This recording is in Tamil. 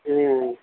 ம்